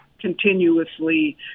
continuously